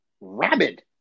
rabid